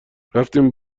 رفتیم